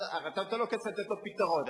הרי נתת לו כסף כדי לתת לו פתרון,